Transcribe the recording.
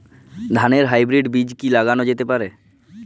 ধানের হাইব্রীড বীজ কি লাগানো যেতে পারে?